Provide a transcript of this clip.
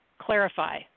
clarify